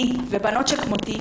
אני ובנות שכמותי,